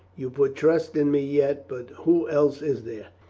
you put trust in me yet, but who else is there?